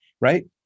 right